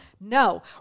No